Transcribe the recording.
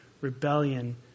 rebellion